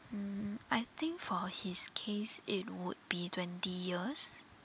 mm I think for his case it would be twenty years